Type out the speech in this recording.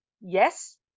yes